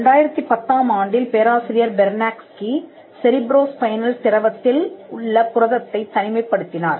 2010 ஆம் ஆண்டில் பேராசிரியர் பெர்நேக்ஸ்கி செரிப்ரோ ஸ்பைனல் திரவத்தில் உள்ள புரதத்தைத் தனிமைப் படுத்தினார்